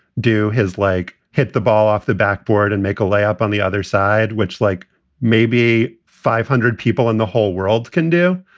do his leg, like hit the ball off the backboard and make a layup on the other side, which like maybe five hundred people in the whole world can do.